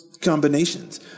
combinations